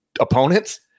opponents